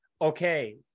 Okay